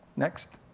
next.